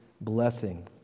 blessing